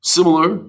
Similar